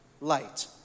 Light